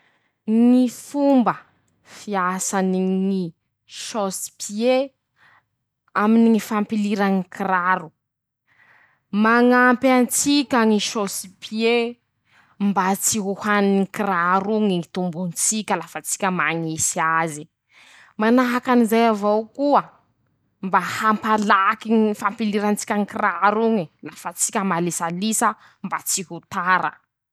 <...>Ñy fomba fiasany ñy chausse-pied aminy ñy fampilira ñy kiraro: -Mañampy an-tsika ñy chausse-pied mba tsy ho haniny ñy kiraro oñy ñy tombon-tsika lafa tsika mañisy aze. -Manahaky anizay avao koa. mba hampalaky ñy fampilira-tsika ñy kiraro oñe lafa tsika malisalisa mba tsy ho tara.